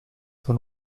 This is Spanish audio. con